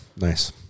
Nice